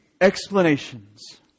Explanations